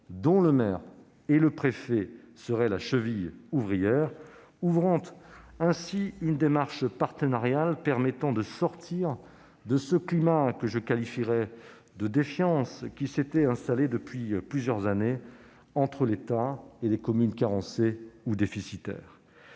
dont le maire et le préfet seraient la cheville ouvrière, ouvrant ainsi une démarche partenariale permettant de sortir du climat de défiance qui s'était installé depuis plusieurs années entre l'État et les communes carencées ou déficitaires,